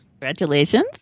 Congratulations